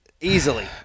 easily